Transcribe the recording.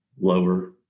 lower